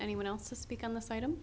anyone else to speak on the site